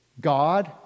God